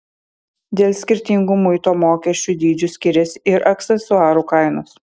dėl skirtingų muito mokesčių dydžių skiriasi ir aksesuarų kainos